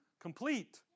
Complete